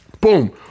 boom